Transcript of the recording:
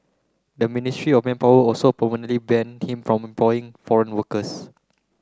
the Ministry of Manpower also ban him from employing foreign workers